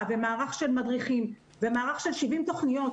ומערכת של מדריכים ומערך של 70 תוכניות,